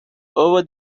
over